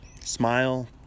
Smile